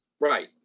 Right